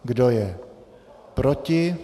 Kdo je proti?